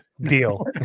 deal